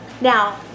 Now